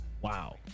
wow